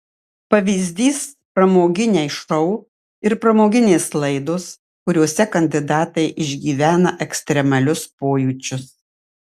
pavyzdys pramoginiai šou ir pramoginės laidos kuriose kandidatai išgyvena ekstremalius pojūčius